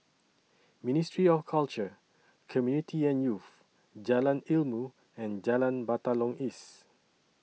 Ministry of Culture Community and Youth Jalan Ilmu and Jalan Batalong East